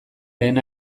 lehen